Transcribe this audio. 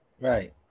Right